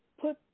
put